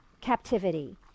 captivity